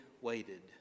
waited